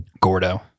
gordo